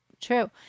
true